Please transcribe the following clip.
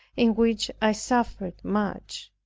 in which i suffered much.